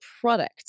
product